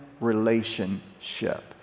relationship